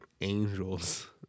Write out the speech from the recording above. angels